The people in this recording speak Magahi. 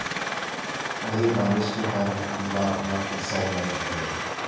यही बारिश के कारण इ बार हमर फसल नय होले?